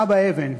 אבא אבן.